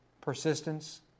persistence